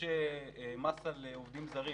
יש --- עובדים זרים